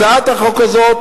הצעת החוק הזאת,